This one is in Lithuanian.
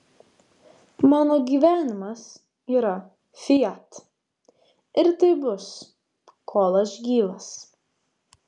mano gyvenimas yra fiat ir taip bus kol aš gyvas